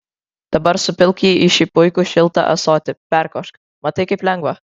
dabar supilk jį į šį puikų šiltą ąsotį perkošk matai kaip lengva